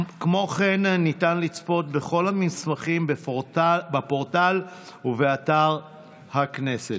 כמו כן ניתן לצפות בכל המסמכים בפורטל ובאתר הכנסת.